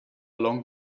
long